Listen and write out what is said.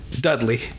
Dudley